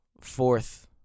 fourth